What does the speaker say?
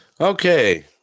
Okay